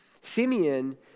Simeon